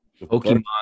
Pokemon